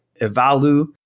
Evalu